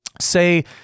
say